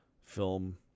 film